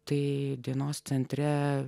tai dienos centre